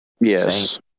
Yes